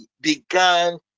began